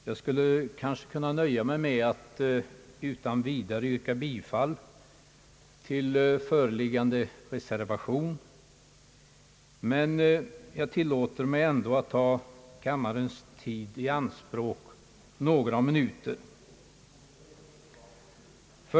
Jag skulle kanske kunna nöja mig med att utan vidare yrka bifall till föreliggande reservation, men jag tillåter mig ändå att ta kammarens tid i anspråk några minuter.